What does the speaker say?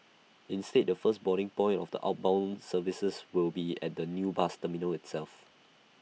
instead the first boarding point of the outbound services will be at the new bus terminal itself